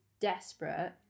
desperate